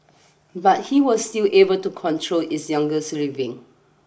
but he was still able to control his younger